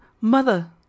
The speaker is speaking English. mother